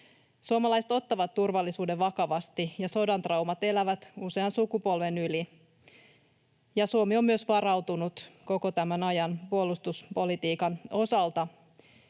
Suomalaiset ottavat turvallisuuden vakavasti, ja sodan traumat elävät usean sukupolven yli. Suomi on myös varautunut koko tämän ajan puolustuspolitiikan osalta.